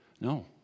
No